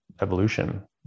evolution